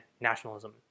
Nationalism